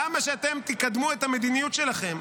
למה שאתם תקדמו את המדיניות שלכם?